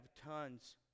tons